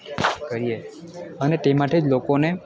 કરીએ અને તે માટે જ લોકોને